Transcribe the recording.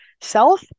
self